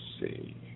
see